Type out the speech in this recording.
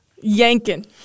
yanking